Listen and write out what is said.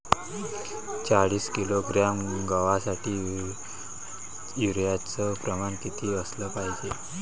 चाळीस किलोग्रॅम गवासाठी यूरिया च प्रमान किती असलं पायजे?